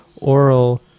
oral